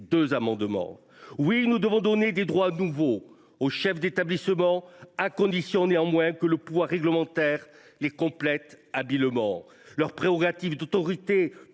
deux amendements. Oui, nous devons donner des droits nouveaux aux chefs d’établissement, à condition néanmoins que le pouvoir réglementaire les complète habilement. Les prérogatives d’autorité